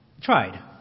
tried